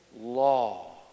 law